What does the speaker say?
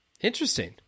Interesting